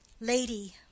Lady